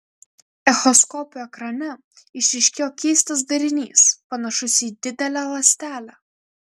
echoskopo ekrane išryškėjo keistas darinys panašus į didelę ląstelę